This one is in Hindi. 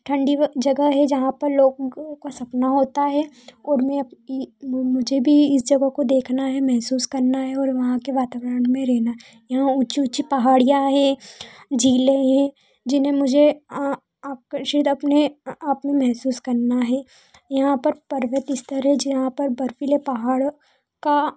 ठण्डी जगह है जहाँ पर लोग का सपना होता है और मैं ही वह मुझे भी इस जगह को देखना है महसूस करना है और वहाँ के वातावरण में रहना है यहाँ ऊँची ऊँची पहाड़िया हैं झीलें हैं जिन्हें मुझे आँ आकर्षित अपने आ आ आप में महसूस कनना है यहाँ पर पर्वत इस तरह जो यहाँ पर बर्फ़ीले पहाड़ का